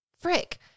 Frick